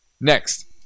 Next